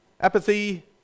Apathy